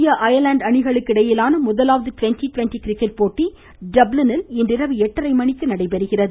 இந்திய அயர்லாந்து அணிகளுக்கு இடையிலான முதலாவது ட்வெண்ட்டி ட்வெண்ட்டி கிரிக்கெட் போட்டி டப்ளினில் இன்றிரவு எட்டரை மணிக்கு நடைபெறுகிறது